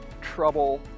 trouble